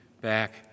back